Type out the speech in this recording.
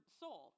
soul